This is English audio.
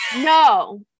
No